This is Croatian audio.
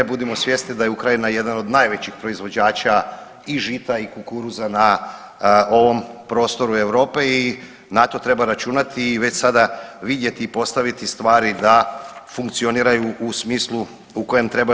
Budimo svjesni da je Ukrajina jedan od najvećih proizvođača i žita i kukuruza na ovom prostoru Europe i na to treba računati i već sada vidjeti i postaviti stvari da funkcioniraju u smislu u kojem trebaju.